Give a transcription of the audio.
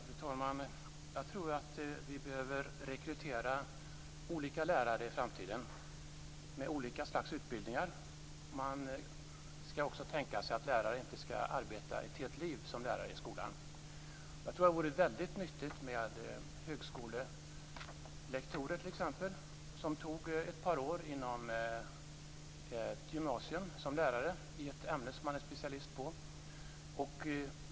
Fru talman! Jag tror att vi i framtiden behöver rekrytera lärare med olika slags utbildningar. Man ska också kunna tänka sig att inte arbeta ett helt liv som lärare i skolan. Jag tror att det t.ex. vore väldigt nyttigt med högskolelektorer som undervisade ett par år inom ett gymnasium som lärare i ett ämne som de är specialister på.